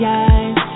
eyes